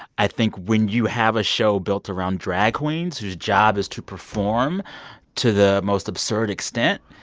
i think when you have a show built around drag queens, whose job is to perform to the most absurd extent,